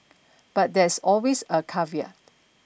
but there's always a caveat